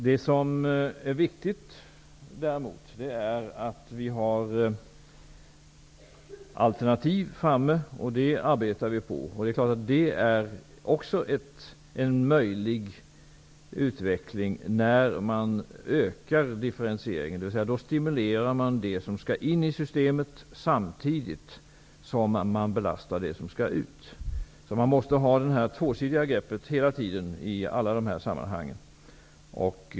Det som är viktigt däremot är att det finns alternativ. Det arbetar vi med. Genom att öka differentieringen stimulerar man det som skall in i systemet samtidigt som man belastar det som skall ut. Man måste hela tiden ha det tvåsidiga greppet i alla dessa sammanhang.